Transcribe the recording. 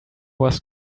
was